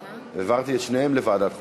העברתי את שתיהן לוועדת החוקה.